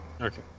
Okay